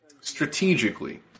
strategically